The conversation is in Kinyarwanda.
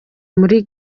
muri